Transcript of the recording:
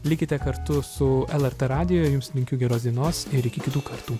likite kartu su lrt radiju jums linkiu geros dienos ir iki kitų kartų